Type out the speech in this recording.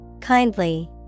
Kindly